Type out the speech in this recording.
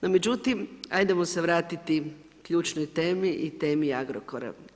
No međutim, ajdemo se vratiti ključnoj temi i temi Agrokora.